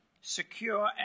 secure